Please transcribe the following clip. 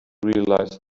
realize